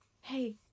Hey